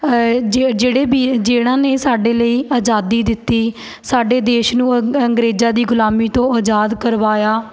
ਜਿਹ ਜਿਹੜੇ ਵੀਰ ਜਿਹਨਾਂ ਨੇ ਸਾਡੇ ਲਈ ਅਜ਼ਾਦੀ ਦਿੱਤੀ ਸਾਡੇ ਦੇਸ਼ ਨੂੰ ਅੰਗ ਅੰਗਰੇਜ਼ਾਂ ਦੀ ਗੁਲਾਮੀ ਤੋਂ ਅਜ਼ਾਦ ਕਰਵਾਇਆ